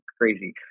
crazy